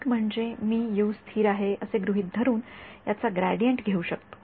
एक म्हणजे मी स्थिर आहे असे गृहीत धरून याचा ग्रेडियंट घेऊ शकतो